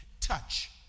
touch